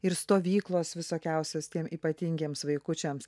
ir stovyklos visokiausios tiem ypatingiems vaikučiams